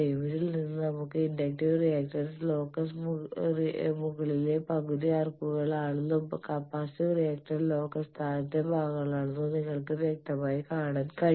ഇതിൽ നിന്ന് നമുക്ക് ഇൻഡക്റ്റീവ് റിയാക്ടൻസ് ലോക്കസ് മുകളിലെ പകുതി ആർക്കുകളാണെന്നും കപ്പാസിറ്റീവ് റിയാക്ടൻസ് ലോക്കസ് താഴത്തെ ഭാഗങ്ങളാണെന്നും നിങ്ങൾക്ക് വ്യക്തമായി കാണാൻ കഴിയും